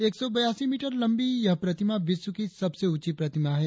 एक सौ बयासी मीटर लंबी यह प्रतिमा विश्व की सबसे ऊंची प्रतिमा है